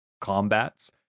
combats